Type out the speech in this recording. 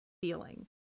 feeling